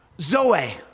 Zoe